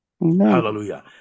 hallelujah